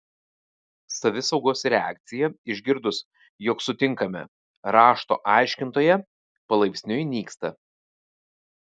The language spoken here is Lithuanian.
savisaugos reakcija išgirdus jog sutinkame rašto aiškintoją palaipsniui nyksta